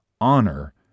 Honor